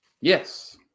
Yes